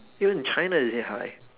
even in china they say hi